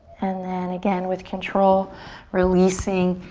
and then, again, with control releasing.